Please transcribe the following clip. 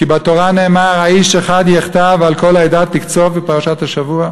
כי בתורה נאמר: "האיש אחד יחטא ועל כל העדה תקצף?" בפרשת השבוע.